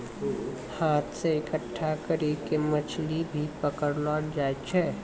हाथ से इकट्ठा करी के मछली भी पकड़लो जाय छै